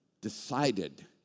decided